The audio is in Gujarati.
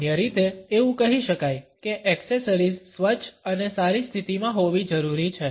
સામાન્ય રીતે એવું કહી શકાય કે એક્સેસરીઝ સ્વચ્છ અને સારી સ્થિતિમાં હોવી જરૂરી છે